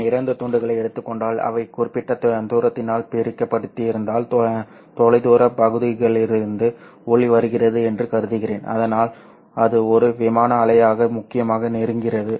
நான் இரண்டு துண்டுகளை எடுத்துக் கொண்டால் அவை குறிப்பிட்ட தூரத்தினால் பிரிக்கப்பட்டிருந்தால் தொலைதூரப் பகுதிகளிலிருந்து ஒளி வெளிவருகிறது என்று கருதுகிறேன் அதனால் அது ஒரு விமான அலையாக முக்கியமாக நெருங்குகிறது